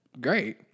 Great